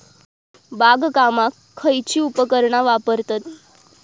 बागकामाक खयची उपकरणा वापरतत?